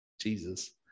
Jesus